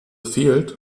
fehlt